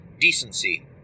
decency